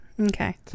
okay